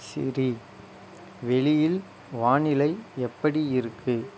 சரி வெளியில் வானிலை எப்படி இருக்கு